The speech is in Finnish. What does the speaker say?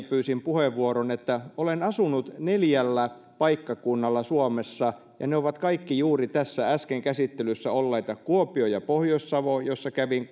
pyysin puheenvuoron että olen asunut neljällä paikkakunnalla suomessa ja ne ovat kaikki juuri tässä äsken käsittelyssä olleita kuopio ja pohjois savo jossa kävin